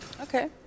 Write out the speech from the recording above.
Okay